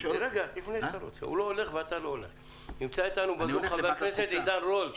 נמצא איתנו חבר הכנסת עידן רול,